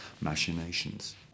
machinations